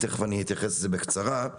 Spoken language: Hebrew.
תכף אתייחס לזה בקצרה.